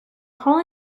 hall